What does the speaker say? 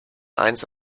eins